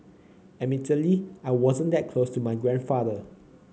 admittedly I wasn't that close to my grandfather